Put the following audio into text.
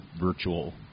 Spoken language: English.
virtual